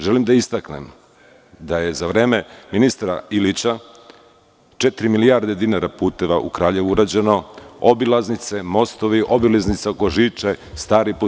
Želim da istaknem da je za vreme ministra Ilića četiri milijarde dinara puteva u Kraljevu urađeno, obilaznice, mostovi, obilaznica oko Žiče, stari put.